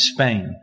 Spain